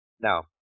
Now